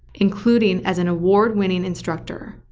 including as an award-winning instructor,